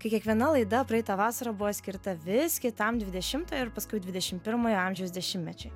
kai kiekviena laida praeitą vasarą buvo skirta vis kitam dvidešmtui ir paskui dvidešimt pirmojo amžiaus dešimtmečiui